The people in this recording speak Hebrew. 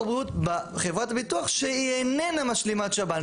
בריאות בחברת הביטוח שהיא איננה משלימת שב"ן.